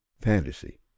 Fantasy